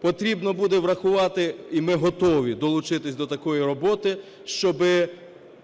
потрібно буде врахувати, і ми готові долучитися до такої роботи, щоби